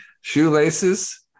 shoelaces